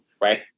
right